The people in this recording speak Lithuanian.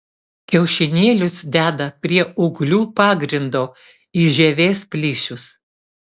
kiaušinėlius deda prie ūglių pagrindo į žievės plyšius